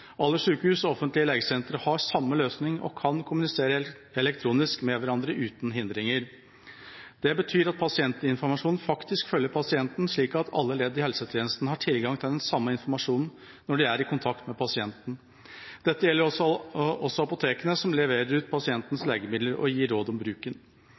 Alle sykehus og offentlige legesentre har samme løsning og kan kommunisere elektronisk med hverandre uten hindringer. Det betyr at pasientinformasjonen faktisk følger pasienten, slik at alle ledd i helsetjenesten har tilgang til den samme informasjonen når de er i kontakt med pasienten. Dette gjelder også apotekene som leverer ut pasientens legemidler og gir råd om bruken.